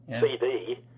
CD